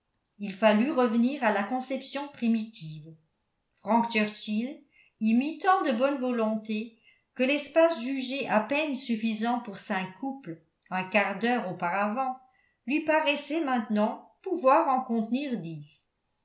il fallut revenir à la conception primitive frank churchill y mit tant de bonne volonté que l'espace jugé à peine suffisant pour cinq couples un quart d'heure auparavant lui paraissait maintenant pouvoir en contenir dix